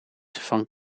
van